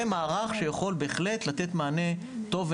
זה מערך שיכול בהחלט לתת מענה טוב,